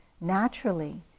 naturally